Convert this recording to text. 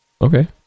okay